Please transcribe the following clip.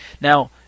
now